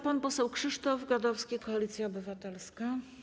Pan poseł Krzysztof Gadowski, Koalicja Obywatelska.